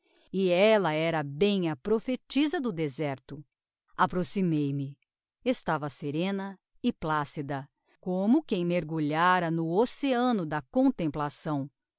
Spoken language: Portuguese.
e ella era bem a prophetisa do deserto approximei me estava serena e placida como quem mergulhára no oceano da contemplação